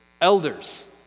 elders